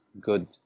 good